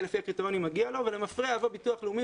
לפי הקריטריונים מגיע לו ולמפרע יבוא ביטוח לאומי